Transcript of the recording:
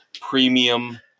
premium